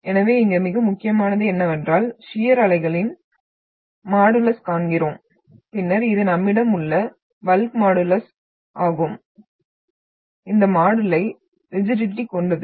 எனவே இங்கே மிக முக்கியமானது என்னவென்றால் ஷியர் அலைகளின் மாடுலஸ் காண்கிறோம் பின்னர் இது நம்மிடம் உள்ள பல்க் மாடுலஸ் ஆகும் இந்த மாடுலை ரிஜிடிட்டி கொண்டது